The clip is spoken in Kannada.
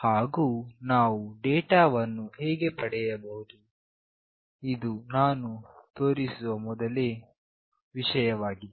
ಹಾಗು ನಾವು ಡೇಟಾವನ್ನು ಹೇಗೆ ಪಡೆಯಬಹುದು ಇದು ನಾನು ತೋರಿಸುವ ಮೊದಲನೇ ವಿಷಯವಾಗಿದೆ